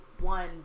one